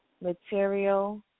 material